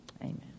Amen